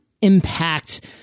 impact